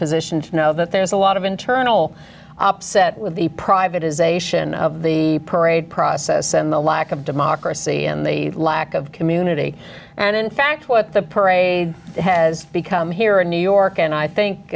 position to know that there's a lot of internal op set with the privatization of the parade process and the lack of democracy and the lack of community and in fact what the parade has become here in new york and i think